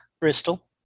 Bristol